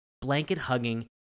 blanket-hugging